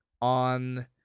on